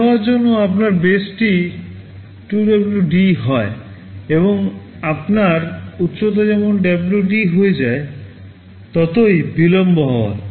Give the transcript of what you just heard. দেরি হওয়ার জন্য আপনার বেসটি 2W D হয় এবং আপনার উচ্চতা যেমন W D হয়ে যায় ততই বিলম্ব হওয়ায়